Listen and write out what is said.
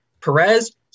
Perez